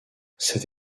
cette